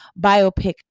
biopic